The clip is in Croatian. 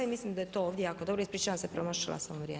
I mislim da je to ovdje jako dobro, ispričavam se, promašila sam vrijeme.